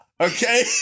Okay